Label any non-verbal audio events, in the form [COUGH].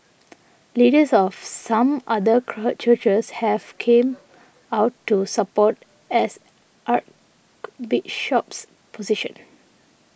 leaders of some other [UNINTELLIGIBLE] churches have come out to support as Archbishop's position